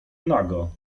nago